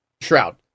Shroud